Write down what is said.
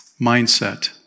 mindset